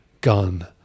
gun